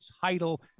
title